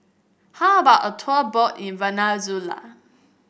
how about a tour boat in Venezuela